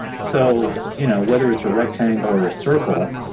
so you know whether it's a rectangle or a circle,